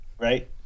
right